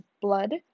blood